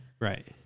Right